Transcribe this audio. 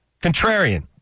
contrarian